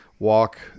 walk